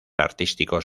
artísticos